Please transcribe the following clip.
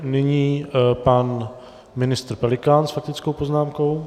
Nyní pan ministr Pelikán s faktickou poznámkou.